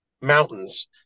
mountains